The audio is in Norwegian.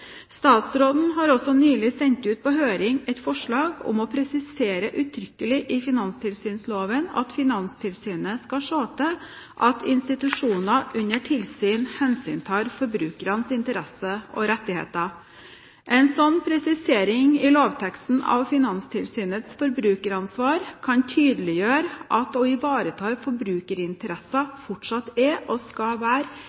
Statsråden har også nylig sendt ut på høring et forslag om å presisere uttrykkelig i finanstilsynsloven at Finanstilsynet skal se til at institusjoner under tilsyn hensyntar forbrukernes interesser og rettigheter. En slik presisering i lovteksten av Finanstilsynets forbrukeransvar kan tydeliggjøre at det å ivareta forbrukerinteresser fortsatt er, og skal være,